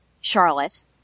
Charlotte